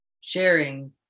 sharing